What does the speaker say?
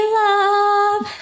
love